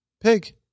pig